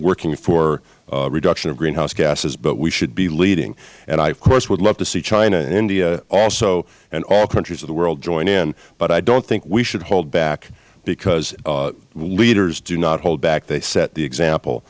working for reduction of greenhouse gases but we should be leading and i of course would love to see china india and all countries of the world join in but i don't think we should hold back because leaders do not hold back they set the example